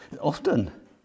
Often